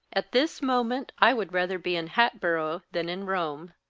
at this moment i would rather be in hatboro' than in rome.